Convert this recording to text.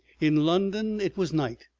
in london it was night,